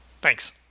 Thanks